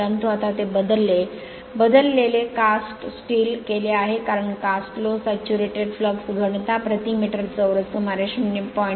परंतु आता ते बदलले कास्ट स्टील केले आहे कारण कास्ट लोह सॅच्युरेटेड फ्लक्स घनता प्रति मीटर चौरस सुमारे 0